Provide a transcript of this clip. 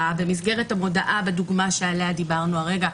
במסגרת המודעה בדוגמה שעליה דיברנו כרגע,